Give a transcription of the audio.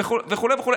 וכו'.